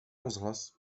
rozhlas